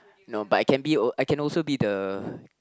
no but I can be uh I can also be the